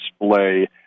display